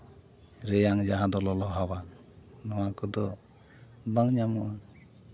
ᱨᱮᱭᱟᱝ ᱡᱟᱦᱟᱸ ᱫᱚ ᱞᱚᱞᱚ ᱦᱟᱣᱟ ᱱᱚᱣᱟ ᱠᱚᱫᱚ ᱵᱟᱝ ᱧᱟᱢᱚᱜᱼᱟ